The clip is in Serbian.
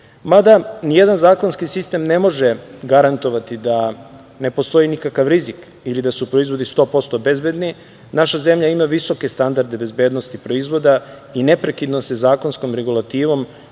mada nijedan zakonski sistem ne može garantovati da ne postoji nikakav rizik ili da su proizvodi 100% bezbedni. Naša zemlja ima visoke standarde bezbednosti proizvoda i neprekidno se zakonskom regulativom,